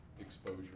exposure